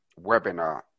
webinar